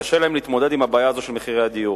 קשה להן להתמודד עם הבעיה הזו של מחירי הדיור.